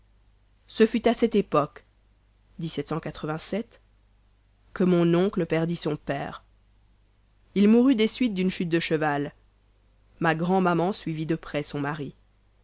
ce fut à cette époque que mon oncle perdit son père il mourut des suites d'une chute de cheval ma grand'maman suivit de près son mari